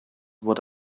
what